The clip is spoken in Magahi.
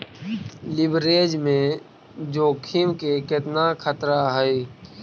लिवरेज में जोखिम के केतना खतरा हइ?